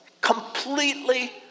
completely